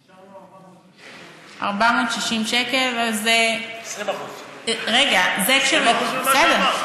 נשאר לו 460. 460 שקל, אז, 20%. 20% ממה שאמרת.